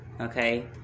okay